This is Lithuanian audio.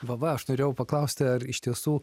va va aš norėjau paklausti ar iš tiesų